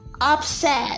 upset